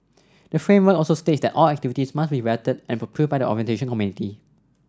the framework also states that all activities must be vetted and approved by the orientation committee